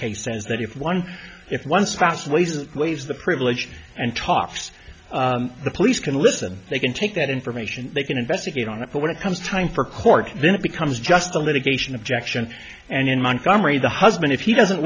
case says that if one if one spouse ways and ways the privileged and toffs the police can listen they can take that information they can investigate on it but when it comes time for court then it becomes just a litigation objection and in montgomery the husband if he doesn't